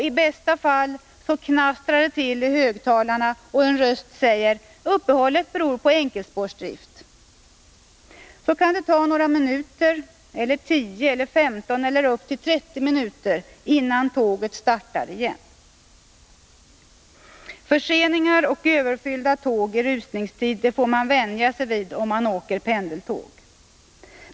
I bästa fall knastrar det tilli högtalarna och en röst säger: Uppehållet beror på enkelspårsdrift. Sedan kan det ta några minuter — eller 10 eller 15 eller upp till 30 minuter — innan tåget startar igen. Förseningar och överfyllda tåg i rusningstid får man vänja sig vid om man åker pendeltåg.